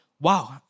wow